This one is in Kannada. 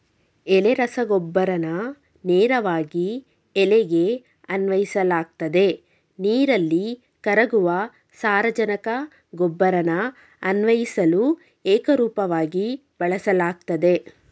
ಎಲೆ ರಸಗೊಬ್ಬರನ ನೇರವಾಗಿ ಎಲೆಗೆ ಅನ್ವಯಿಸಲಾಗ್ತದೆ ನೀರಲ್ಲಿ ಕರಗುವ ಸಾರಜನಕ ಗೊಬ್ಬರನ ಅನ್ವಯಿಸಲು ಏಕರೂಪವಾಗಿ ಬಳಸಲಾಗ್ತದೆ